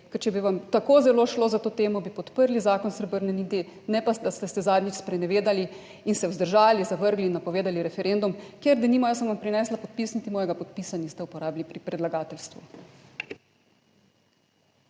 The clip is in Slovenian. Ker če bi vam tako zelo šlo za to temo, bi podprli zakon Srebrne niti, ne pa da ste se zadnjič sprenevedali in se vzdržali, zavrgli, napovedali referendum, kjer denimo jaz sem vam prinesla podpis, niti mojega podpisa niste uporabili pri predlagateljstvu.